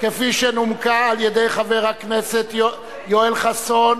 כפי שנומקה על-ידי חבר הכנסת יואל חסון